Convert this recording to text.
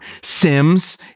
sims